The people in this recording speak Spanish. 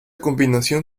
combinación